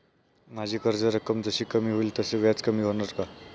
माझी कर्ज रक्कम जशी कमी होईल तसे व्याज कमी होणार का?